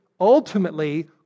ultimately